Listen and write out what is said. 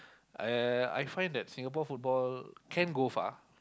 I I find that Singapore football can go far